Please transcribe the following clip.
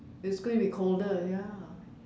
it's going to be colder ya